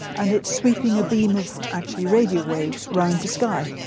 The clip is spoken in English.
and it's sweeping a beam of actually radio waves around the sky.